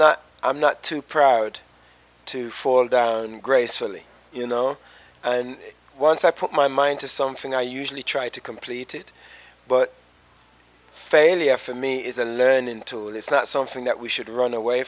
not i'm not too proud to fall down gracefully you know and once i put my mind to something i usually try to complete it but failure for me is a learning tool it's not something that we should run away